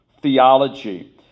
theology